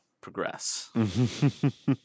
progress